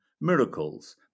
Miracles